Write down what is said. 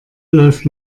läuft